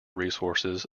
resources